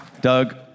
Doug